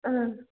ಹಾಂ